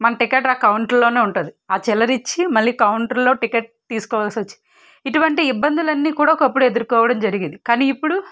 మన టికెట్టు ఆ కౌంటర్లో ఉంటుంది ఆ చిల్లర ఇచ్చి మళ్ళీ కౌంటర్లో టికెట్ తీసుకోవల్సి వచ్చేది ఇటువంటి ఇబ్బందులు అన్నీ కూడా ఒకప్పుడు ఎదుర్కోవడం జరిగేది కానీ ఇప్పుడు